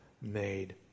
made